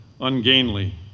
ungainly